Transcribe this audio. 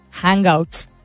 Hangouts